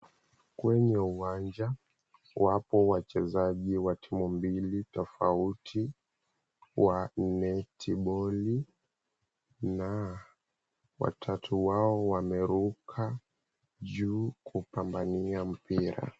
Kwenye uwanja wapo wachezaji wa timu mbili tofauti wa netiboli na watatu wao wameruka juu kupambania mpira.